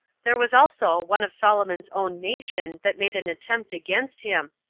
there was also one of solomon's own nation that made an attempt against him,